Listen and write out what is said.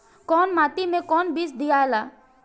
कौन माटी मे कौन बीज दियाला?